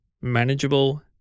manageable